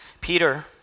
Peter